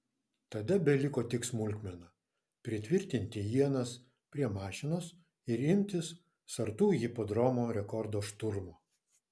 tada beliko tik smulkmena pritvirtinti ienas prie mašinos ir imtis sartų hipodromo rekordo šturmo